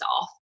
off